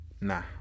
nah